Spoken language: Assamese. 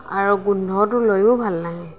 আৰু গোন্ধটো লৈয়ো ভাল লাগে